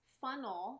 funnel